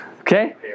Okay